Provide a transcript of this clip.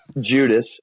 Judas